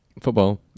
Football